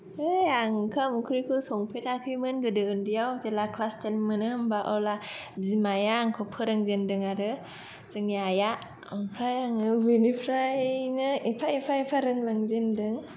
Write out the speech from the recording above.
बे आं ओंखाम ओंख्रिखौ संफोराखैमोन गोदो ओन्दैयाव जेब्ला क्लास तेन मोनो होमबा अब्ला बिमाया आंखौ फोरोंजेनदों आरो जोंनि आइया ओमफ्राय आङो बेनिफ्रायनो एफा एफा एफा रोंलांजेनदों